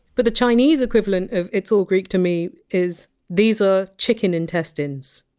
but the chinese equivalent of it's all greek to me is these are chicken intestines,